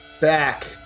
back